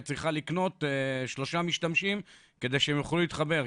כי את צריכה לקנות שלושה משתמשים כדי שהם יוכלו להתחבר,